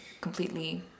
completely